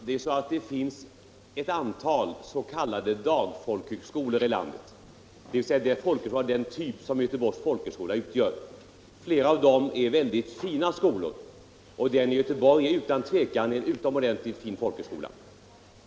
Herr talman! Det finns i vårt land ett antal s.k. dagfolkhögskolor av den typ som Göteborgs folkhögskola utgör. Flera av dem är mycket fina skolor, och Göteborgs folkhögskola tillhör utan tvivel dessa.